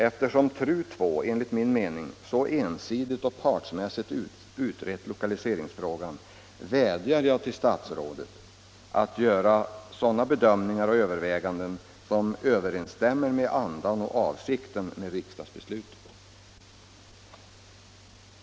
Eftersom TRU II enligt min mening så ensidigt och partsmässigt utrett lokaliseringsfrågan vädjar jag till statsrådet att göra sådana bedömningar och överväganden som överensstämmer med andan och avsikten i riksdagsbeslutet.